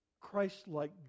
Christ-like